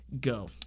go